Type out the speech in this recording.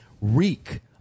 reek